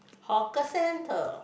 hawker center